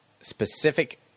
Specific